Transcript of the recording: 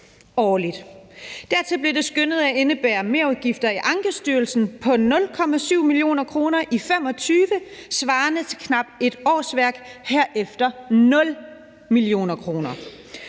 Dertil blev det skønnet at indebære merudgifter i Ankestyrelsen på 0,7 mio. kr. i 2025 svarende til knap et årsværk og herefter 0 kr. Man kan